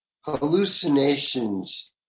hallucinations